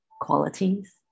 qualities